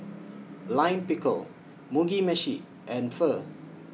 Lime Pickle Mugi Meshi and Pho